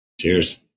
Cheers